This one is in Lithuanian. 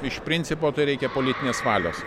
iš principo reikia politinės valios